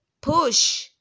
push